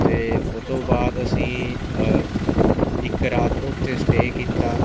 ਅਤੇ ਉਹਤੋਂ ਬਾਅਦ ਅਸੀਂ ਇੱਕ ਰਾਤ ਉੱਥੇ ਸਟੇਅ ਕੀਤਾ